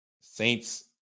Saints